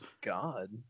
God